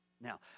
now